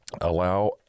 allow